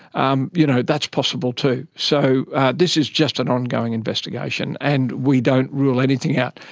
um you know that's possible too. so this is just an ongoing investigation and we don't rule anything out.